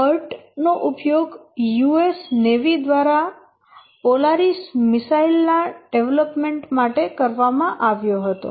PERT નો ઉપયોગ US Navy દ્વારા પોલારિસ મિસાઇલ ના ડેવલપમેન્ટ માટે કરવામાં આવ્યો હતો